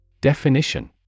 Definition